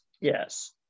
yes